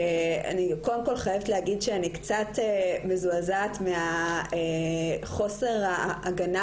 אני קודם כל חייבת להגיד שאני קצת מזועזעת מחוסר ההגנה